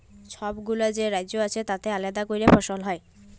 ছবগুলা যে রাজ্য আছে তাতে আলেদা ক্যরে ফসল হ্যয়